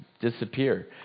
disappear